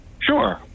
Sure